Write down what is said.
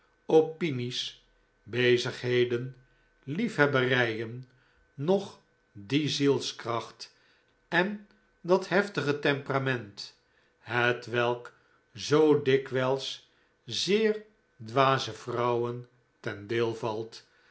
opinies bezigheden lief hebberijen noch die zielskracht en dat heftige temperament hetwelk zoo dikwijls zeer dwaze vrouwen ten deel valt